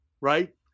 right